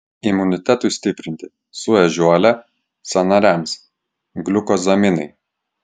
imunitetui stiprinti su ežiuole sąnariams gliukozaminai